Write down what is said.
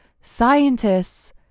scientists